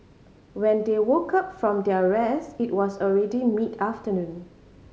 when they woke up from their rest it was already mid afternoon